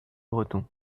breton